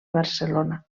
barcelona